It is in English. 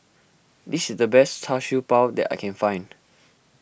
this is the best Char Siew Bao that I can find